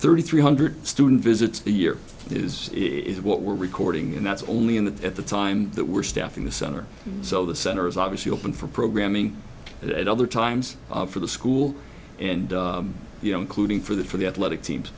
thirty three hundred student visits a year is is what we're recording and that's only in the at the time that we're staffing the center so the center is obviously open for programming at other times for the school and you know including for the for the athletic teams